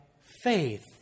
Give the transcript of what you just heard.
faith